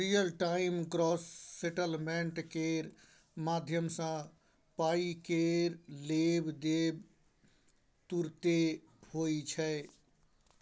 real time gross settlement केर माध्यमसँ पाइ केर लेब देब तुरते होइ छै